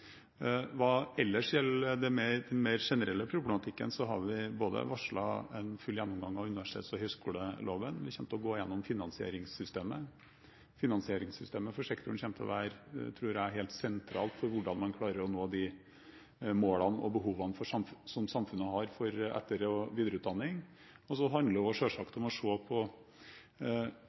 mer generelle problematikken, har vi varslet en full gjennomgang av universitets- og høyskoleloven. Vi kommer til å gå gjennom finansieringssystemet. Finansieringssystemet for sektoren tror jeg kommer til å være helt sentralt for hvordan man klarer å nå de målene og behovene som samfunnet har for etter- og videreutdanning. Så handler det selvsagt også om å se på